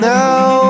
now